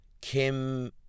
Kim